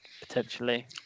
potentially